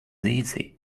easy